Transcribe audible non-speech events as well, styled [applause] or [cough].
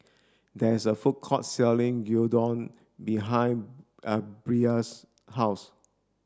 there is a food court selling Gyudon behind [hesitation] Bryce's house